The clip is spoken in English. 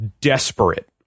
desperate